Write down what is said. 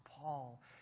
Paul